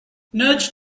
nudge